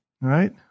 Right